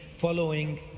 following